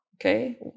Okay